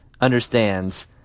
understands